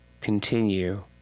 continue